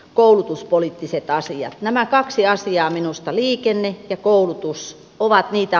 koulutuspoliittiset asiat nämä kaksi asiaa minusta liikenne ja koulutus ovat niitä